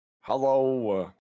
Hello